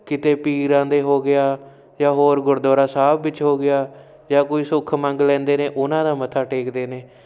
ਕਿਤੇ ਪੀਰਾਂ ਦੇ ਹੋ ਗਿਆ ਜਾਂ ਹੋਰ ਗੁਰਦੁਆਰਾ ਸਾਹਿਬ ਵਿੱਚ ਹੋ ਗਿਆ ਜਾਂ ਕੋਈ ਸੁੱਖ ਮੰਗ ਲੈਂਦੇ ਨੇ ਉਹਨਾਂ ਦਾ ਮੱਥਾ ਟੇਕਦੇ ਨੇ